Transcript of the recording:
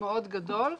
מאוד גדול,